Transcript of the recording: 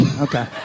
Okay